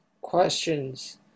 questions